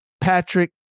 Patrick